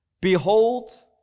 Behold